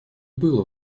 было